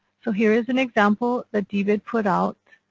so here is an example that dbedt put out.